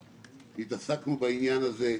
התעסקנו בעניין הזה,